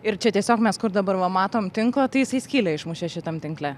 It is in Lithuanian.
ir čia tiesiog mes kur dabar va matom tinklą tai jisai skylę išmušė šitam tinkle